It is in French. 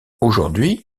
aujourd’hui